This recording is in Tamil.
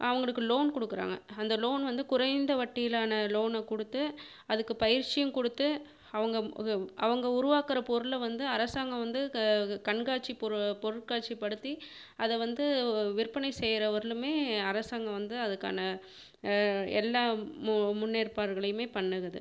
அவர்களுக்கு லோன் கொடுக்குறாங்க அந்த லோன் வந்து குறைந்த வட்டியிலான லோனை கொடுத்து அதுக்கு பயிற்சியும் கொடுத்து அவங்க அவங்க உருவாக்குகிற பொருளை வந்து அரசாங்கம் வந்து க கண்காட்சி பொருட்காட்சிப்படுத்தி அதை வந்து விற்பனை செய்கிற வரையிலுமே அரசாங்கம் வந்து அதுக்கான எல்லா மு முன்னேற்பாடுகளையுமே பண்ணுது